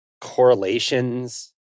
Correlations